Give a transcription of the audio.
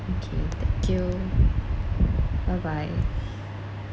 okay thank you bye bye